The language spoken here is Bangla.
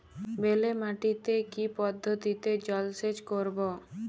বেলে মাটিতে কি পদ্ধতিতে জলসেচ করব?